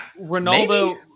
Ronaldo